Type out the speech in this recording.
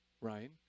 Ryan